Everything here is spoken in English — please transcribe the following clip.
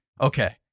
okay